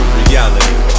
reality